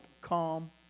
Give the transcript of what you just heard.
calm